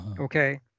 Okay